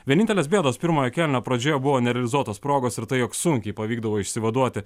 vienintelės bėdos pirmojo kėlinio pradžioje buvo nerealizuotos progos ir tai jog sunkiai pavykdavo išsivaduoti